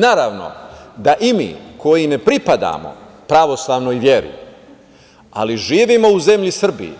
Naravno, da i mi koji ne pripadamo pravoslavno veri, ali živimo u zemlji Srbiji,